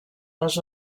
les